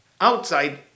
outside